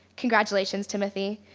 congratulations, timothy.